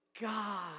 God